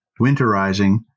winterizing